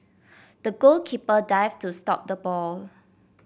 the goalkeeper dived to stop the ball